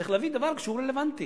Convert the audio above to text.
צריך להביא דבר כשהוא רלוונטי.